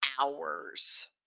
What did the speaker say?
hours